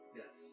yes